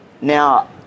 Now